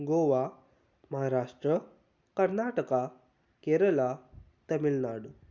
Goa Maharashtra Karnataka Kerala Tamil Nadu